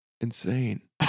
insane